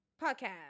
podcast